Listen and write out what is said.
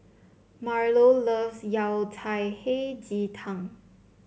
Marlo loves Yao Cai Hei Ji Tang